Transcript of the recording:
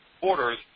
orders